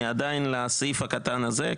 היא עדיין לסעיף הקטן הזה,